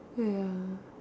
ya